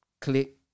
Click